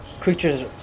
Creatures